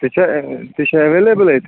ژےٚ چھےٚ یا ژےٚ چھےٚ یا ایویلیبٕل اَتہِ